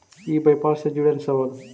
ई व्यापार से जुड़ल सवाल?